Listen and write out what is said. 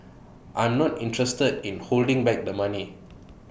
I'm not interested in holding back the money